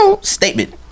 statement